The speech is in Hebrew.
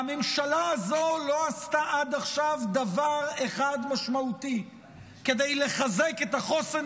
והממשלה הזו לא עשתה עד עכשיו דבר אחד משמעותי כדי לחזק את החוסן